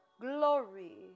glory